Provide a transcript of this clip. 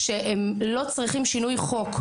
שלא צריכים שינוי בחוק.